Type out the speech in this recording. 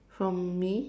for me